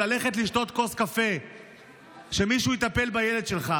ללכת לשתות כוס קפה כשמישהו מטפל בילד שלך.